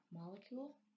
molecule